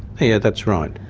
yeah that's right.